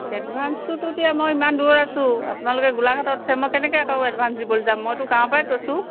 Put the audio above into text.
এডভাঞ্চটোতো এতিয়া মই ইমান দূৰত আছোঁ আপোনালোকে গোলাঘাটত আছে মই কেনেকৈ আকৌ এডভাঞ্চ দিবলৈ যাম মইতো গাঁৱৰ পৰাই কৈছোঁ